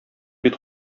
бит